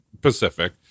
Pacific